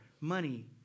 money